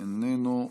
איננו,